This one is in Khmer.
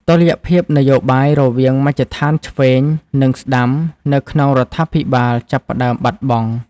តុល្យភាពនយោបាយរវាងមជ្ឈដ្ឋានឆ្វេង និងស្តាំនៅក្នុងរដ្ឋាភិបាលចាប់ផ្តើមបាត់បង់។